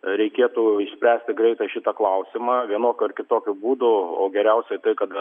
reikėtų išspręsti greitai šitą klausimą vienokiu ar kitokiu būdu o geriausia tai kad